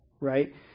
right